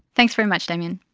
thanks very much damien.